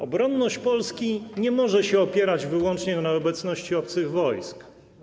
Obronność Polski nie może się opierać wyłącznie na obecności obcych wojsk.